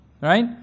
Right